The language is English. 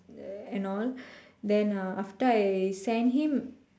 and all then uh after I send him